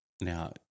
Now